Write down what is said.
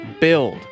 build